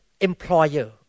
employer